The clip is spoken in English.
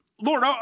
Lord